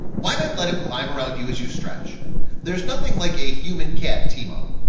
why not? let him climb around you as you stretch there's nothing like a human cat team-up